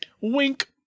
Wink